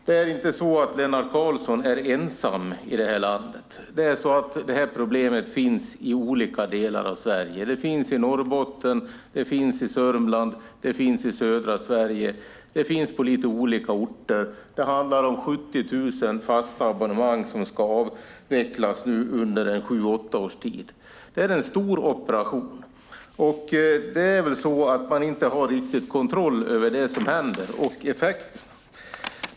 Det är inte så att Lennart Karlsson är ensam om det i det här landet. Det problemet finns i olika delar av Sverige. Det finns i Norrbotten, i Sörmland, i södra Sverige och på lite olika orter. Det handlar om 70 000 fasta abonnemang som ska avvecklas under sju åtta års tid. Det är en stor operation. Det är väl så att man inte riktigt har kontroll över det som händer och effekterna.